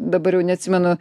dabar jau neatsimenu